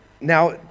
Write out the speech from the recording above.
Now